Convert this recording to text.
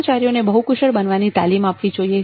કર્મચારીઓને બહુ કુશળ બનવાની તાલીમ આપવી જોઇએ